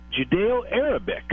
Judeo-Arabic